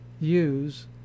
use